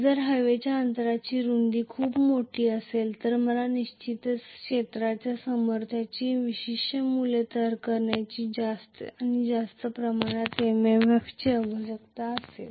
जर हवेच्या अंतराची रुंदी खूप मोठी असेल तर मला निश्चितच क्षेत्राच्या सामर्थ्याचे विशिष्ट मूल्य तयार करण्यासाठी जास्त आणि जास्त प्रमाणात MMF ची आवश्यकता असेल